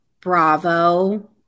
Bravo